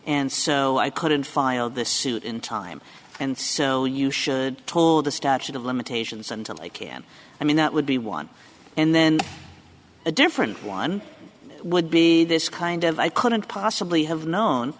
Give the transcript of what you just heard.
and so i couldn't file the suit in time and so you should told the statute of limitations until i can i mean that would be one and then a different one would be this kind of i couldn't possibly have known